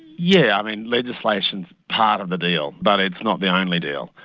yeah, i mean legislation is part of the deal but it's not the only deal.